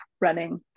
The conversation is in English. running